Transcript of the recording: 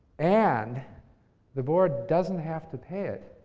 and the board doesn't have to pay it.